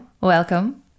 welcome